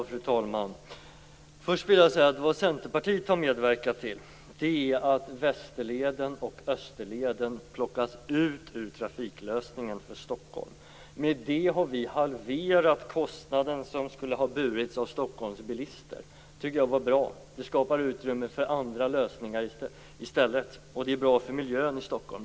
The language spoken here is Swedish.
Fru talman! Först vill jag säga att vad Centerpartiet medverkat till är att Västerleden och Österleden plockats ut ur trafiklösningen för Stockholm. Med det har vi halverat den kostnad som skulle ha burits av Stockholms bilister. Det tycker jag var bra. Det skapar utrymme för andra lösningar i stället. Det är bra för miljön i Stockholm.